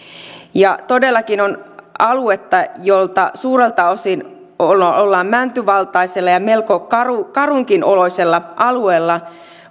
joka todellakin on aluetta jolla suurelta osin ollaan ollaan mäntyvaltaisella ja melko karunkin oloisella alueella